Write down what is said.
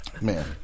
Man